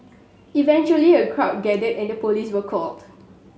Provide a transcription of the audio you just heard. eventually a crowd gathered and the police were called